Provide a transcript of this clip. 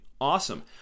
Awesome